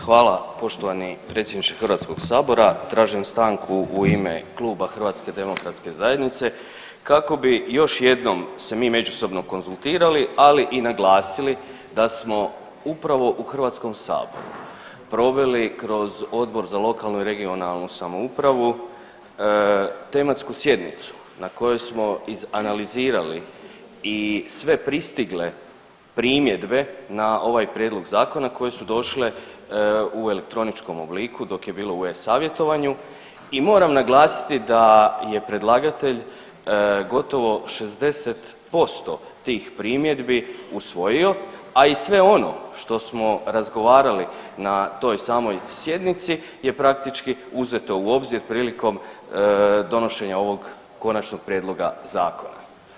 Hvala poštovani predsjedniče HS-a, tražim stanku u ime Kluba HDZ-a kako bi još jednom se mi međusobno konzultirali, ali i naglasili da smo upravo u HS-u proveli kroz Odbor za lokalnu i regionalnu samoupravu tematsku sjednicu na kojoj smo izanalizirali i sve pristigle primjedbe na ovaj prijedlog Zakona koji su došle u elektroničkom obliku dok je bilo u e-Savjetovanju i moram naglasiti da je predlagatelj gotovo 60% tih primjedbi usvojio, a i sve ono što smo razgovarali na toj samoj sjednici je praktički uzeto u obzir prilikom donošenja ovog konačnog prijedloga Zakona.